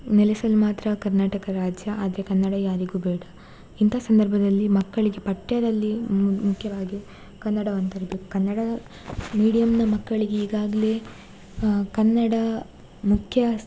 ನೆಲೆಸಲು ಮಾತ್ರ ಕರ್ನಾಟಕ ರಾಜ್ಯ ಆದರೆ ಕನ್ನಡ ಯಾರಿಗೂ ಬೇಡ ಇಂಥ ಸಂದರ್ಭದಲ್ಲಿ ಮಕ್ಕಳಿಗೆ ಪಠ್ಯದಲ್ಲಿ ಮುಖ್ಯವಾಗಿ ಕನ್ನಡವನ್ನು ತರ್ಬೇಕು ಕನ್ನಡ ಮೀಡಿಯಮ್ಮಿನ ಮಕ್ಕಳಿಗೆ ಈಗಾಗಲೇ ಕನ್ನಡ ಮುಖ್ಯ